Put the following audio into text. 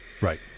Right